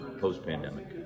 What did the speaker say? post-pandemic